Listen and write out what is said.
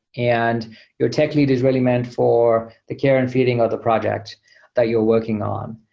and your tech lead is really meant for the care and feeding of the project that you are working on.